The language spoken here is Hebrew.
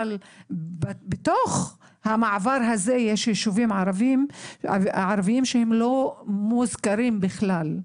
אבל בתוך המעבר הזה יש יישובים ערביים שהם לא מוזכרים בכלל.